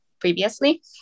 previously